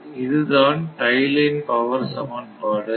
இதுதான் tie line power சமன்பாடு